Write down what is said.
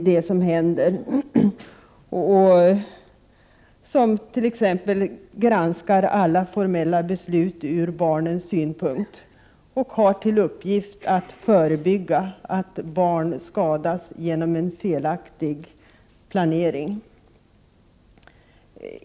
Barnombudet granskar alla formella beslut från barnens synpunkt och har till uppgift att förebygga att barn skadas genom en felaktig planering.